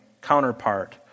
counterpart